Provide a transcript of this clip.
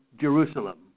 Jerusalem